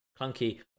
clunky